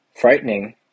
frightening